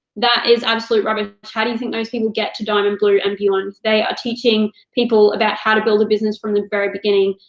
that is absolute rubbish. how do you think those people get to diamond, blue, and beyond? they are teaching people about how to build a business from the very beginning.